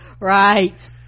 right